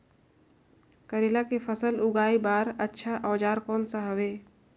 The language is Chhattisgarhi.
करेला के फसल उगाई बार अच्छा औजार कोन सा हवे?